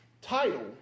title